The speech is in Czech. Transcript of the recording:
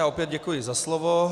Opět děkuji za slovo.